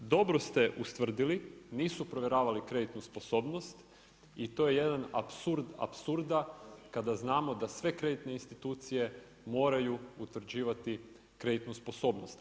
Dobro ste ustvrdili, nisu provjeravali kreditnu sposobnost i to je jedan apsurd apsurda kada znamo da sve kreditne institucije moraju utvrđivati kreditnu sposobnost.